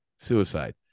Suicide